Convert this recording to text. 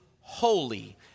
holy